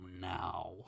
now